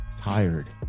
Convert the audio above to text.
tired